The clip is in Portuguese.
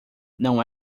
não